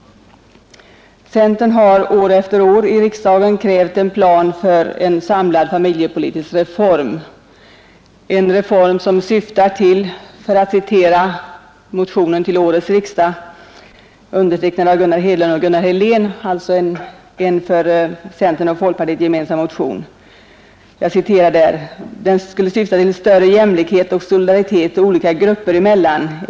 Centern har också år efter år i riksdagen krävt en plan för en samlad familjepolitisk reform, syftande till — för att här citera motionen 185 till årets riksdag, undertecknad av Gunnar Hedlund och Gunnar Helén, alltså gemensam för centern och folkpartiet — ”större jämlikhet och solidaritet olika grupper emellan.